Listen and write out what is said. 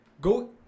go